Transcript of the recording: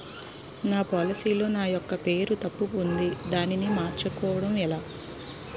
నా పోలసీ లో నా యెక్క పేరు తప్పు ఉంది దానిని మార్చు కోవటం ఎలా?